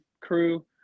crew